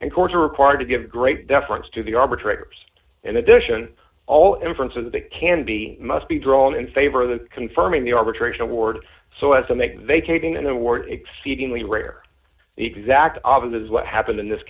and courts are reported to give great deference to the arbitrators and addition all inference of that can be must be drawn in favor of the confirming the arbitration award so as to make vacating an award exceedingly rare the exact opposite is what happened in this